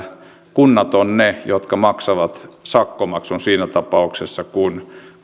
kunnat ovat ne jotka maksavat sakkomaksun siinä tapauksessa kun